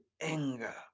anger